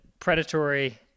predatory